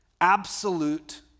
absolute